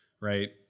right